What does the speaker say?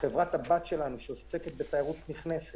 חברת הבת שלנו, שעוסקת בתיירות נכנסת,